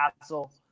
Castle